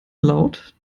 laut